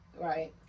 Right